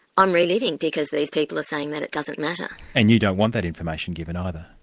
i'm re-living because these people are saying that it doesn't matter. and you don't want that information given, either.